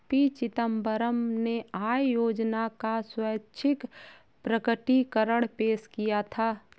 P Chidambaram ने आय योजना का स्वैच्छिक प्रकटीकरण पेश किया था